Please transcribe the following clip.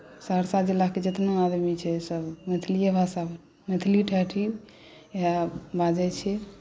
सहरसा जिलाके जितना आदमी छै सभ मैथिलीए भाषा मैथिली ठेठ्ठी इएह बाजैत छी